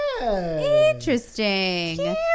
interesting